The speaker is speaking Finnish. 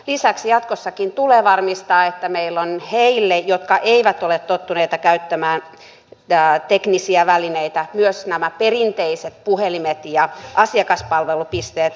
lisäksi jatkossakin tulee varmistaa että meillä on heille jotka eivät ole tottuneita käyttämään teknisiä välineitä myös nämä perinteiset puhelimet ja asiakaspalvelupisteet olemassa